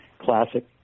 classic